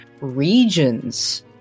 regions